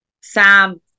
Sam